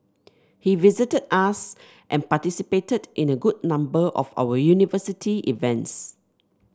he visited us and participated in a good number of our university events